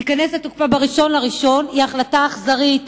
שתיכנס לתוקפה ב-1 בינואר היא החלטה אכזרית,